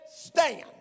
stand